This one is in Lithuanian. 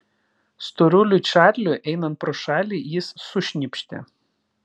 storuliui čarliui einant pro šalį jis sušnypštė